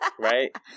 right